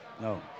No